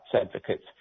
advocates